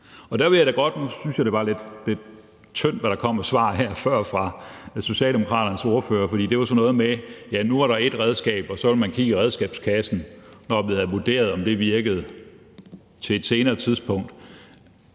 jeg synes, det var lidt tyndt, hvad der kom af svar her før fra Socialdemokraternes ordfører, for det var sådan noget med, at nu var der ét redskab, og så vil man kigge i redskabskassen igen på et senere tidspunkt,